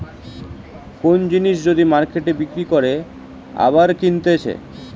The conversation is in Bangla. কোন জিনিস যদি মার্কেটে বিক্রি করে আবার কিনতেছে